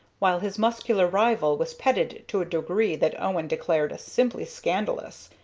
while his muscular rival was petted to a degree that owen declared simply scandalous.